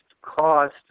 cost